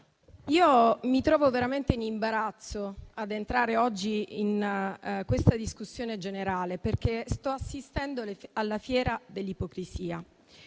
mi trovo veramente in imbarazzo ad entrare oggi in questa discussione generale, perché sto assistendo alla fiera dell'ipocrisia,